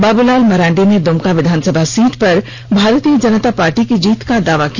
बाबूलाल मरांडी ने द्मका विधानसभा सीट पर भारतीय जनता पार्टी की जीत का दावा किया